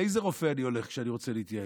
לאיזה רופא אני הולך כשאני רוצה להתייעץ,